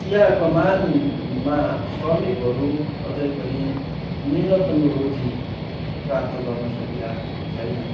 चिया कमानमा श्रमिकहरू अझै पनि निम्नतम् रोजी प्राप्त गर्न सकिराखेको छैन